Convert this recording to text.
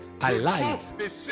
alive